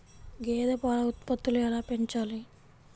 గేదె పాల ఉత్పత్తులు ఎలా పెంచాలి?